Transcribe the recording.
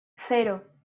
cero